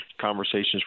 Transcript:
conversations